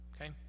Okay